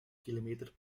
kilometer